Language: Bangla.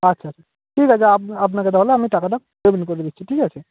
আচ্ছা আচ্ছা ঠিক আছে আপনাকে তাহলে আমি টাকাটা পেমেন্ট করে দিচ্ছি ঠিক আছে